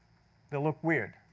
they look weird.